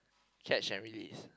catch and release